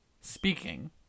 speaking